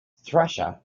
thrasher